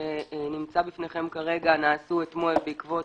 שנמצא בפניכם כרגע נעשו אתמול בעקבות,